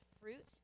fruit